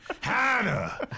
Hannah